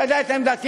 אתה יודע את עמדתי,